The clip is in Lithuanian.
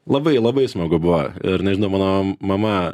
labai labai smagu buvo ir nežinau mano mama